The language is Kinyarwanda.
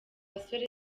basore